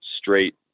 Straight